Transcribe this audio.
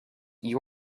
you